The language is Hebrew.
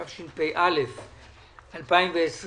התשפ"א-2020.